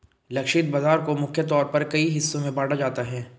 लक्षित बाजार को मुख्य तौर पर कई हिस्सों में बांटा जाता है